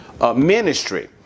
ministry